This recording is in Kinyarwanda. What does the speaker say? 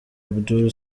abdul